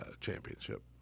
championship